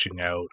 out